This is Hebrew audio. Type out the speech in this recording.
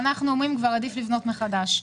לדעתנו כבר עדיף לבנות מחדש.